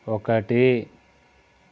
ఒకటి